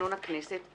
לתקנון הכנסת,